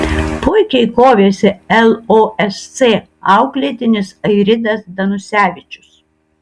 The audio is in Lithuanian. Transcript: puikiai kovėsi losc auklėtinis airidas danusevičius